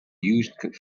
used